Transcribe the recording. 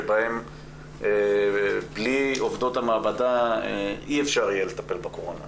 שבה בלי עובדות המעבדה אי אפשר יהיה לטפל בקורונה,